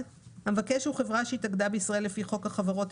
(1)המבקש הוא חברה שהתאגדה בישראל לפי חוק החברות,